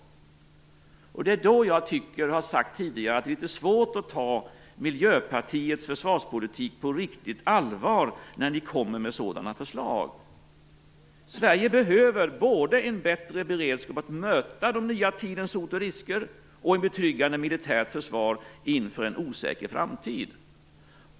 Det är när ni kommer med sådana förslag som jag tycker, och har sagt tidigare, att det är litet svårt att ta Miljöpartiets försvarspolitik på riktigt allvar. Sverige behöver såväl en bättre beredskap att möta den nya tidens hot och risker som ett betryggande militärt försvar inför en osäker framtid.